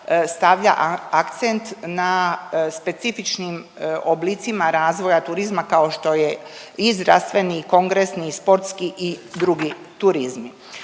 stavlja akcent na specifičnim oblicima razvoja turizma, kao što je i zdravstveni i kongresni i sportski i drugi turizmi.